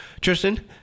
Tristan